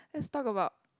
let's talk about